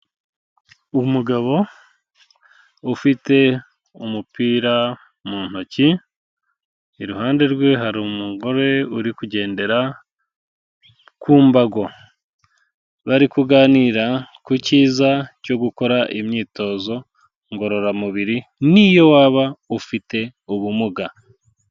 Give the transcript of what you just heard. Umugabo ufite umupira mu ntoki, iruhande rwe hari umugore uri kugendera ku mbago. Bari kuganira ku cyiza cyo gukora imyitozo ngororamubiri niyo waba ufite ubumuga.